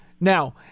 Now